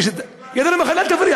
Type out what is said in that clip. "דיר באלכ"